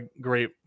great